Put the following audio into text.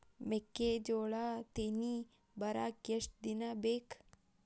ಮೆಕ್ಕೆಜೋಳಾ ತೆನಿ ಬರಾಕ್ ಎಷ್ಟ ದಿನ ಬೇಕ್?